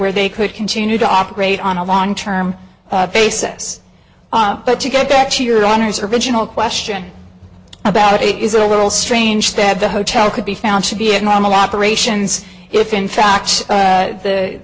where they could continue to operate on a long term basis but to get back to your honor's original question about is it a little strange that the hotel could be found to be a normal operations if in fact